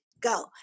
Go